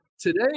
Today